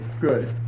Good